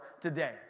today